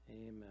Amen